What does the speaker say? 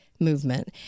movement